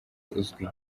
uzwi